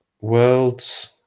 worlds